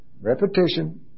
Repetition